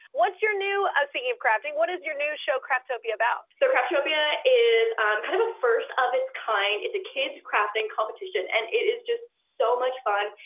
what's your new, speaking of crafting, what is your new show, craftopia about? so craftopia is kind of a first of it's kind. it's a kids crafting competition and it is just so much fun.